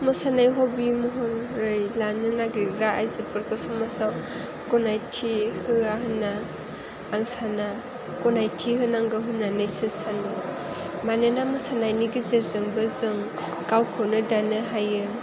मोसानाय हबि महरै लानो नागिरग्रा आइजोफोरखौ समाजाव गनायथि होआ होनना आं साना गनायथि होनांगौ होननानैसो सानो मानोना मोसानायनि गेजेरजोंबो जों गावखौनो दानो हायो